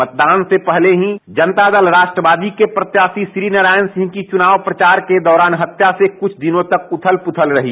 मतदान से पहले ही जनता दल राष्ट्रवादी के प्रत्याशी श्री नारायण सिंह की चुनाव प्रचार के दौरान हत्या से कुछ दिनों तक उथल पुथल रही